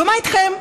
ומה איתכם?